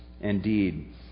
indeed